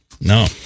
No